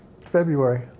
February